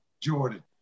Jordan